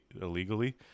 illegally